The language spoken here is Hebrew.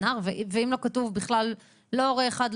שנער: ואם לא כתוב בכלל לא "הורה 1",